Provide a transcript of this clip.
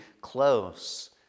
close